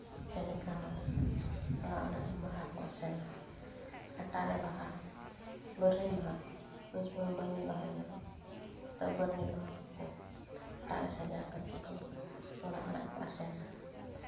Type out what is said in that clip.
ᱡᱮᱞᱮᱠᱷᱟ ᱦᱚᱲ ᱚᱲᱟᱜ ᱚᱲᱟᱜ ᱵᱟᱦᱟ ᱠᱚ ᱟᱥᱮᱱᱟ ᱦᱟᱴᱟᱜ ᱨᱮ ᱵᱟᱦᱟ ᱵᱟᱨᱱᱤ ᱵᱟᱦᱟ ᱩᱱ ᱥᱚᱢᱚᱭ ᱵᱟᱨᱱᱤ ᱵᱟᱦᱟ ᱧᱟᱢᱚᱜ ᱛᱚ ᱵᱟᱹᱨᱱᱤ ᱵᱟᱦᱟ ᱠᱚᱠᱚ ᱦᱟᱨᱟᱜ ᱨᱮ ᱥᱟᱡᱟᱣ ᱠᱟᱛᱮ ᱠᱚ ᱚᱲᱟᱜ ᱚᱲᱟᱜ ᱠᱚ ᱟᱥᱮᱱᱟ